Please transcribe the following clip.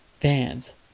fans